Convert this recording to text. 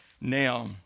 Now